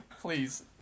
please